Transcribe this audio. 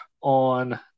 on